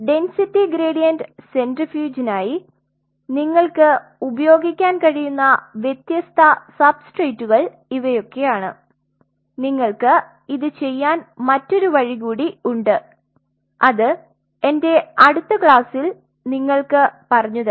density gradient സെൻട്രിഫ്യൂജിനായി നിങ്ങൾക്ക് ഉപയോഗിക്കാൻ കഴിയുന്ന വ്യത്യസ്ത സബ്സ്ട്രേറ്റുകൾ ഇവയൊക്കെയാണ് നിങ്ങൾക്ക് ഇത് ചെയ്യാൻ മറ്റൊരു വഴി കൂടി ഉണ്ട് അത് എന്റെ അടുത്ത ക്ലാസ്സിൽ നിങ്ങൾക്ക് പറഞ്ഞുതരാം